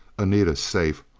anita safe!